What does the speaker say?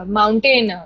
mountain